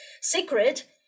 secret